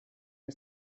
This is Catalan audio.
que